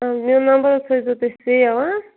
میون نَمبَر حظ تھٲیزیو تُہۍ سیو ہَہ